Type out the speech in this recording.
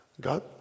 God